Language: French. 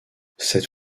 cette